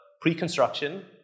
pre-construction